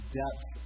depth